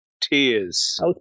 Tears